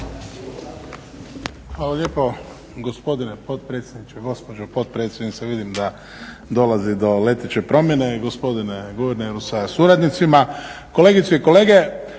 Hvala lijepo gospodine potpredsjedniče, gospođo potpredsjednice. Vidim da dolazi do leteće promjene, gospodine guverneru sa suradnicima, kolegice i kolege.